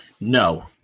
No